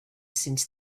since